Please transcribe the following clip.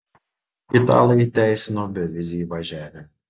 italai įteisino bevizį įvažiavimą